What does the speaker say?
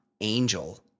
angel